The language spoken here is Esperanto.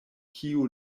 kiu